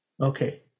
Okay